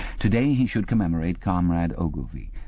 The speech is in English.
today he should commemorate comrade ogilvy.